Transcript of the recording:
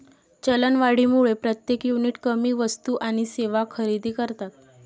चलनवाढीमुळे प्रत्येक युनिट कमी वस्तू आणि सेवा खरेदी करतात